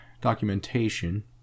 documentation